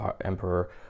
Emperor